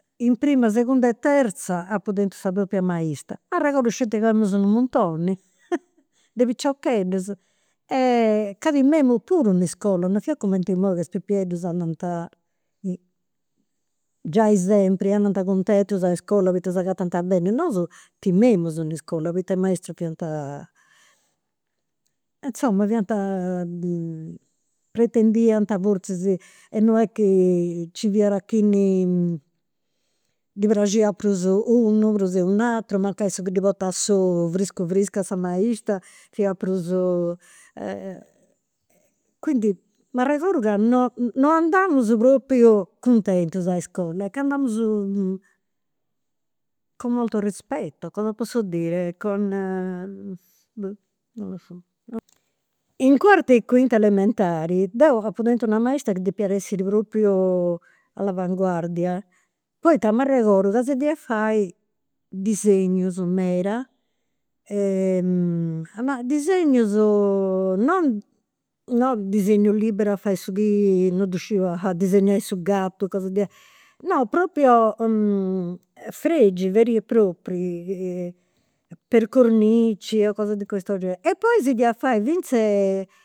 In prima segunda e terza apu tentu sa propria maista, arregodu sceti ca amus unu muntoni de piciocheddas e ca timemu puru in iscola, non fiat cument a imui ca is pipieddus andant giai sempri andant cuntentus a iscola poita s'agatant beni. Nosu timemus in iscola poita i' maistas fiant insoma fiant, pretendiant forzis e non est chi nci fiat chini ddi praxiat prus unu prus de u' ateru, mancai su chi ddi portat s'ou friscu friscu a sa maista fiat prus. Quindi m'arregodu non non andamus propriu cuntentas a iscola. Candu amus con molto rispetto, cosa posso dire, con, non ddu sciu. In cuarta e cuinta elementari deu apu tentu una maista chi depiat essi propriu all'avanguardia. Poita m'arregodu ca si fia fai disegnus meda, disegnus non non disegnu liberu, a fai su chi, non ddu sciu, a disegnai su gatu cosas diaici, no propriu fregi veri e propri, per cornici, cose di questo genere. E poi si fia fai finzas